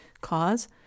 cause